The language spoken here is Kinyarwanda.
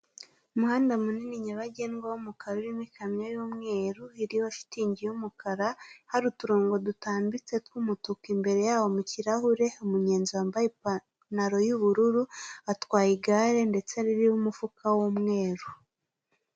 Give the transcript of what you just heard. Umuhanda munini nyabagendwa w'umukara urimo ikamyo y'umweru iroho shitingi y'umukara, hari uturongo dutambitse tw'umutuku imbere yaho mukirahure. Umunyonzi wambaye ipantaro y'ubururu atwaye igare ndetse ririho umufuka w'umweru.